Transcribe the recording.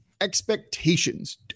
expectations